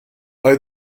hay